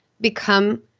become